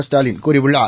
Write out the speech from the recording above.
ஸ்டாலின் கூறியுள்ளார்